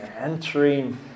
entering